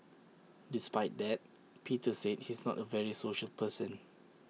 despite that Peter said he's not A very social person